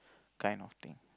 kind of thing